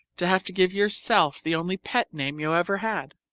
to have to give yourself the only pet name you ever had?